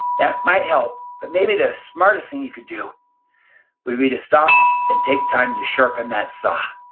that might help. but maybe the smartest thing you could do would be to stop and take time to sharpen that saw.